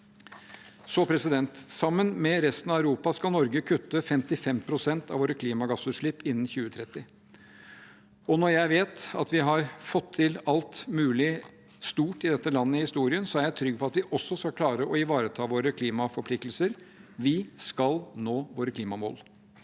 hele landet. Sammen med resten av Europa skal Norge kutte 55 pst. av våre klimagassutslipp innen 2030. Når jeg vet at vi har fått til alt mulig stort i dette landet i historien, er jeg trygg på at vi også skal klare å ivareta våre klimaforpliktelser. Vi skal nå våre klimamål